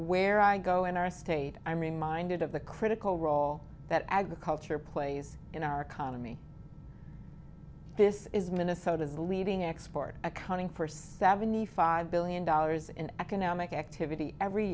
where i go in our state i'm reminded of the critical role that agriculture plays in our economy this is minnesota's leading export accounting for seventy five billion dollars in economic activity every